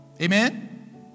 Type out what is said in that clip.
Amen